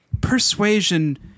Persuasion